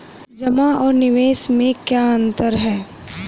जमा और निवेश में क्या अंतर है?